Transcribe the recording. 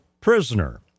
prisoner